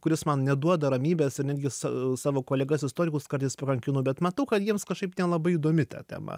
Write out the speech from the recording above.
kuris man neduoda ramybės ir netgi su savo kolegas istorikus kartais pakankinu bet matau kad jiems kažkaip nelabai įdomi ta tema